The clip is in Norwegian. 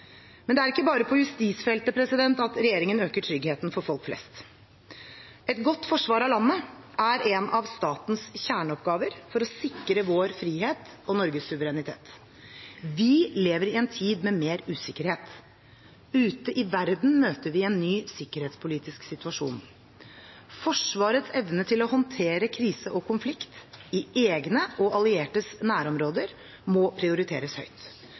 Men det er ikke bare på justisfeltet regjeringen øker tryggheten for folk flest. Et godt forsvar av landet er en av statens kjerneoppgaver for å sikre vår frihet og Norges suverenitet. Vi lever i en tid med mer usikkerhet. Ute i verden møter vi en ny sikkerhetspolitisk situasjon. Forsvarets evne til å håndtere krise og konflikt – i egne og alliertes nærområder – må prioriteres høyt.